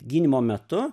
gynimo metu